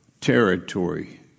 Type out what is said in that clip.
territory